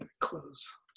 close